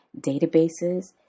databases